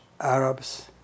Arabs